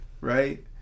right